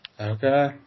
Okay